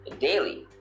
daily